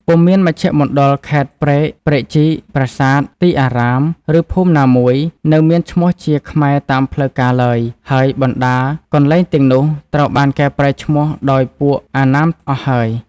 ពុំមានមជ្ឈមណ្ឌល ខេត្ត ព្រែក ព្រែកជីក ប្រាសាទ ទីអារ៉ាម ឬភូមិណាមួយ នៅមានឈ្មោះជាខ្មែរតាមផ្លូវការឡើយ ហើយបណ្តាកន្លែងទាំងនោះត្រូវបានកែប្រែឈ្មោះដោយពួកអណ្ណាមអស់ហើយ ។